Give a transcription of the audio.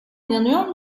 inanıyor